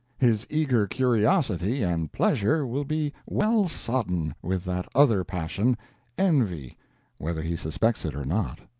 his eager curiosity and pleasure will be well-sodden with that other passion envy whether he suspects it or not.